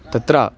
तत्र